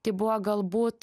tai buvo galbūt